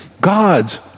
God's